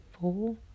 four